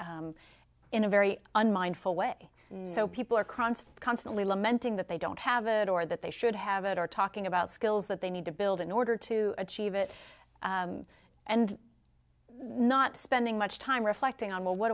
in a very unmindful way so people are crunched constantly lamenting that they don't have it or that they should have it are talking about skills that they need to build in order to achieve it and not spending much time reflecting on well what